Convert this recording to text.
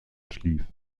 schlief